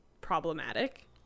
problematic